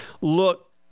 Look